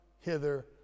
hither